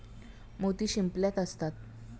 मोती शिंपल्यात असतात